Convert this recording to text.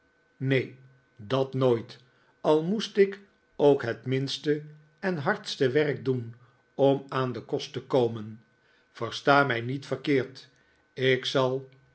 neen dat nooit al moest ik ook het minste en hardste werk doen om aan den kost te komen versta mij niet verkeerd ik zal